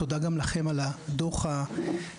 תודה גם לכם על הדוח המדהים.